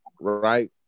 right